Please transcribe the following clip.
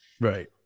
right